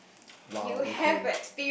!wow! okay